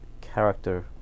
character